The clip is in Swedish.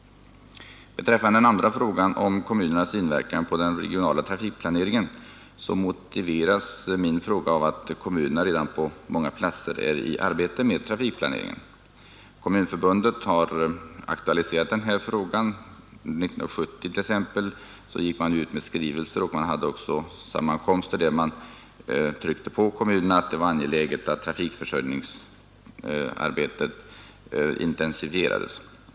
Beträffande min andra fråga, om kommunernas inverkan på den regionala trafikplaneringen, så motiveras den av att kommunerna redan på många platser är i arbete med trafikplanering. Kommunförbundet har aktualiserat denna fråga. År 1970 t.ex. gick man ut med skrivelser. Man hade också sammankomster, där man med kraft underströk för kommunerna att det var angeläget att trafikförsörjningsarbetet intensifierades.